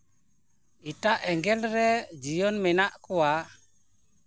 ᱮᱴᱟᱜ ᱮᱸᱜᱮᱞ ᱨᱮ ᱡᱤᱭᱚᱱ ᱢᱮᱱᱟᱜ ᱠᱚᱣᱟ